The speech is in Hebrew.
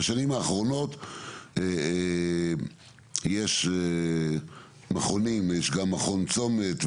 בשנים האחרונות יש מכונים יש גם את מכון צומת,